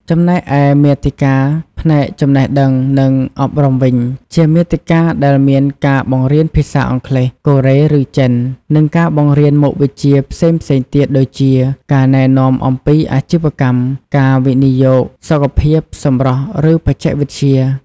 ចំណែកឯ មាតិកាផ្នែកចំណេះដឹង និងអប់រំវិញ ជាមាតិកាដែលមានការបង្រៀនភាសាអង់គ្លេស កូរ៉េ ឬចិន និងការបង្រៀនមុខវិជ្ជាផ្សេងៗទៀតដូចជា ការណែនាំអំពីអាជីវកម្ម ការវិនិយោគ សុខភាព សម្រស់ ឬបច្ចេកវិទ្យា។